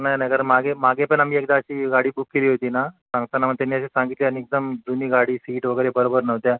नाही नाही कारण मागे मागे पण आम्ही एकदा अशी गाडी बुक केली होती ना सांगताना मग त्याने अशी सांगितली आणि एकदम जुनी गाडी सीट वगैरे बरोबर नव्हत्या